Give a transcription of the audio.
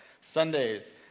Sundays